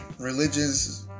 religious